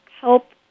help